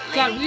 God